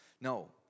No